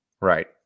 Right